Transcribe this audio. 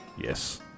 Yes